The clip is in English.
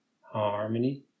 harmony